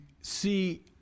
see